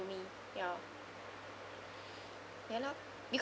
me ya ya lah